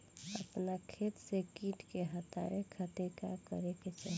अपना खेत से कीट के हतावे खातिर का करे के चाही?